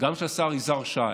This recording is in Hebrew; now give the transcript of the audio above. של השר יזהר שי,